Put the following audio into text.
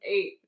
Eight